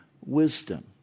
wisdom